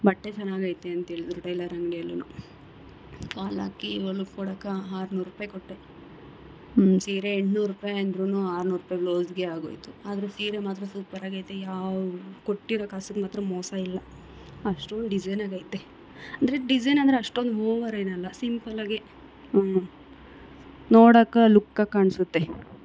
ಬಟ್ಟೆ ಚೆನ್ನಾಗೈತೆ ಅಂತೇಳಿದ್ರು ಟೈಲರ್ ಅಂಗಡಿಯಲ್ಲು ಫಾಲ್ ಹಾಕಿ ಹೊಲುಕ್ಕೊಡಕೆ ಆರುನೂರು ರೂಪಾಯ್ ಕೊಟ್ಟೆ ಸೀರೆ ಎಂಟ್ನೂರು ರುಪಾಯ್ ಅಂದ್ರು ಆರುನೂರು ರೂಪಾಯ್ ಬ್ಲೌಸ್ಗೆ ಆಗೋಯಿತು ಆದರೆ ಸೀರೆ ಮಾತ್ರ ಸೂಪರಾಗೈತೆ ಯಾವ ಕೊಟ್ಟಿರೊ ಕಾಸಿಗ್ ಮಾತ್ರ ಮೋಸ ಇಲ್ಲ ಅಷ್ಟೋಂದು ಡಿಸೈನಾಗೈತೆ ಅಂದರೆ ಡಿಸೈನ್ ಅಂದರೆ ಅಷ್ಟೊಂದು ಓವರ್ ಏನಲ್ಲ ಸಿಂಪಲಾಗೇ ನೋಡಾಕೆ ಲುಕ್ಕಾಗಿ ಕಾಣಿಸುತ್ತೆ